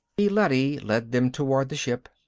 the leady led them toward the ship.